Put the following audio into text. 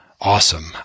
Awesome